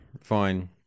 fine